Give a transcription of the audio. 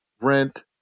rent